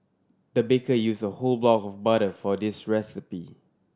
the baker use a whole block of butter for this recipe